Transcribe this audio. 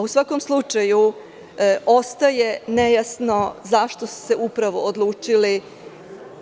U svakom slučaju ostaje nejasno zašto ste upravo odlučili